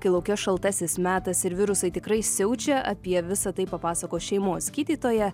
kai lauke šaltasis metas ir virusai tikrai siaučia apie visa tai papasakos šeimos gydytoja